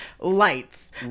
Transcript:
lights